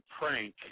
prank